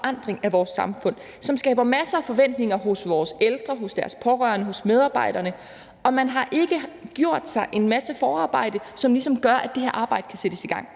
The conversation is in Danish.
forandring af vores samfund, som skaber masser af forventninger hos vores ældre, hos deres pårørende og hos medarbejderne, men man har ikke gjort en masse forarbejde, som ligesom gør, at det her arbejde kan sættes i gang.